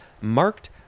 marked